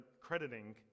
crediting